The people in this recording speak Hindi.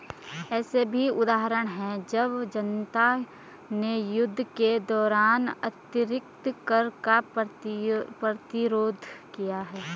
ऐसे भी उदाहरण हैं जब जनता ने युद्ध के दौरान अतिरिक्त कर का प्रतिरोध किया